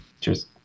Cheers